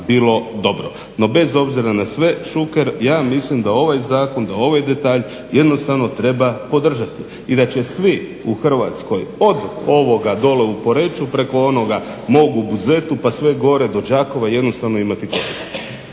bilo dobro. No, bez obzira na sve Šuker ja mislim da ovaj zakon, da ovaj detalj jednostavno treba podržati. I da će svi u Hrvatskoj od ovoga dole u Poreču preko onoga mog u Buzetu pa sve gore do Đakova jednostavno imati koristi.